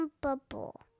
Bubble